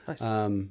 Nice